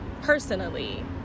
personally